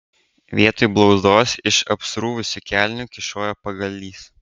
vietoj blauzdos iš apspurusių kelnių kyšojo pagalys